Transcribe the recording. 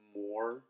more